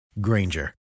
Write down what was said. Granger